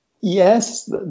Yes